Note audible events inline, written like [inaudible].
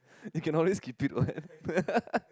you can always keep it [what] [laughs]